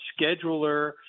scheduler